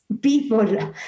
people